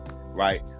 right